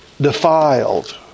defiled